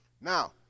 Now